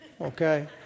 Okay